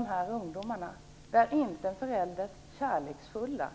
Där är det inte föräldrars kärleksfulla